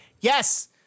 Yes